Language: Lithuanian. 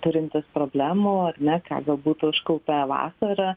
turintys problemų ar ne ką galbūt užkaupė vasarą